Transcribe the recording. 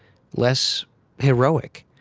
less heroic.